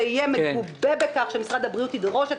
אם זה יהיה מגובה בכך שמשרד הבריאות ידרוש את